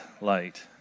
light